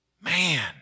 man